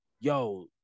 yo